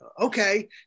okay